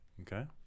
Okay